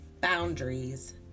boundaries